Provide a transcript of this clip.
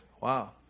Wow